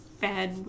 bad